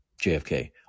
JFK